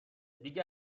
دیگه